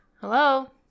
hello